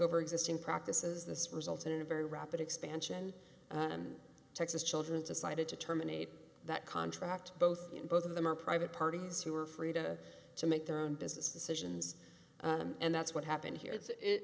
over existing practices this resulted in a very rapid expansion and texas children decided to terminate that contract both in both of them are private parties who are free to to make their own business decisions and that's what happened here